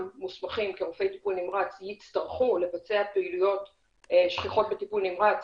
מוסמכים כרופאי טיפול נמרץ יצטרכו לבצע פעילויות שכיחות בטיפול נמרץ